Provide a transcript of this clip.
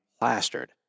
plastered